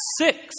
six